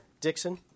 Dixon